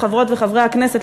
חברות וחברי הכנסת,